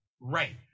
Right